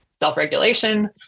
self-regulation